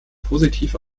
positiv